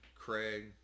Craig